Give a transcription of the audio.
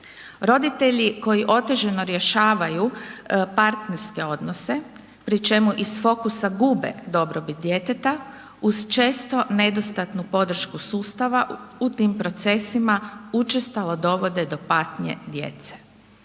Roditelji koji otežano rješavaju partnerske odnose, pri čemu iz fokusa gube dobrobit djeteta, uz često nedostatnu podršku sustava u tim procesima, učestalo dovode do patnje djece.